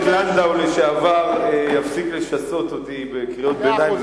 לנדאו יפסיק לשסות אותי בקריאות ביניים,